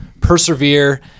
persevere